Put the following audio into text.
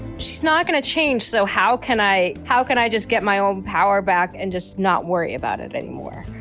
she's not going to change, so how can i how can i just get my own power back and just not worry about it anymore?